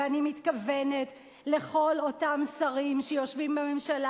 ואני מתכוונת לכל אותם שרים שיושבים בממשלה